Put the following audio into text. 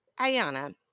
Ayana